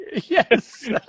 yes